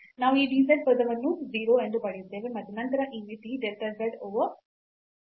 ನಾವು ಈ dz ಪದವನ್ನು 0 ಎಂದು ಪಡೆಯುತ್ತೇವೆ ಮತ್ತು ನಂತರ ಈ ಮಿತಿ delta z over dz over delta rho